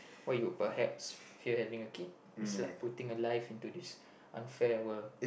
why you perhaps fear having a kid it's like putting a life into this unfair world